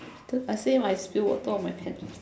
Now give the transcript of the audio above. I say I spill water on my pants